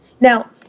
Now